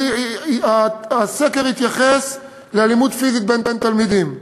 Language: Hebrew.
הסקר התייחס לאלימות פיזית בין תלמידים: